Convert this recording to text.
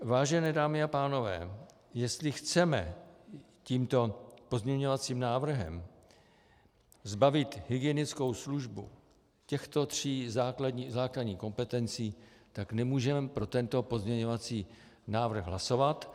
Vážené dámy a pánové, jestli chceme tímto pozměňovacím návrhem zbavit hygienickou službu těchto tří základních kompetencí, nemůžeme pro tento pozměňovací návrh hlasovat.